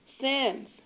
sins